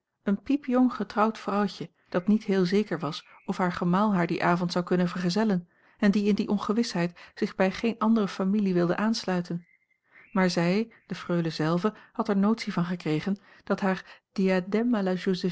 een piepjong getrouwd vrouwtje dat niet heel zeker was of haar gemaal haar dien avond zou kunnen vergezellen en die in die ongewisheid zich bij geen andere familie wilde aansluiten maar zij de freule zelve had er notie van gekregen dat haar